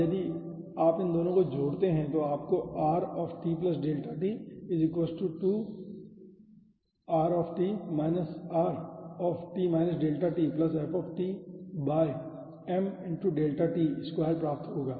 अब यदि आप इन दोनों को जोड़ते हैं तो आपको r t delta t 2 r - r F mdelta t square प्राप्त होगा